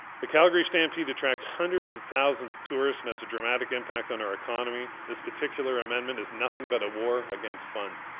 the calgary stampede attracts hundreds of thousands of tourists and has a dramatic impact on our economy. this particular amendment is nothing but a war against fun.